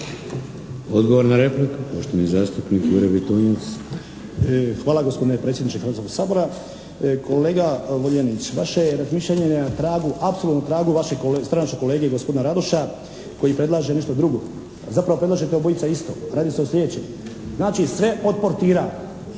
Odgovor na repliku poštovani zastupnik Jure Bitunjac. **Bitunjac, Jure (HDZ)** Hvala gospodine predsjedniče Hrvatskog sabora. Kolega Vuljanić vaše razmišljanje je na tragu, apsolutno na tragu vašeg stranačkog kolege gospodina Radoša koji predlaže nešto drugo. A zapravo predlažete obojica isto. Radi se o sljedećem. Znači sve od portira